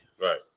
Right